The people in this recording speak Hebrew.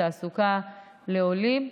בתעסוקה לעולים.